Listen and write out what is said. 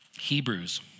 Hebrews